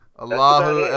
Allahu